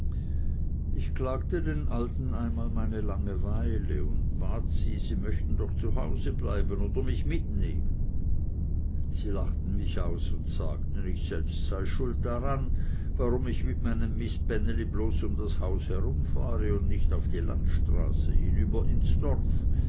ich klagte den allen einmal meine langeweile und bat sie sie möchten doch zu hause bleiben oder mich mitnehmen sie lachten mich aus und sagten ich sei selbst schuld daran warum ich mit meinem mistbännli bloß um das haus herumfahre und nicht auf die landstraße hinüber ins dorf